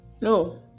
no